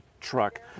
truck